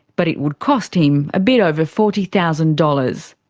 but it would cost him a bit over forty thousand dollars.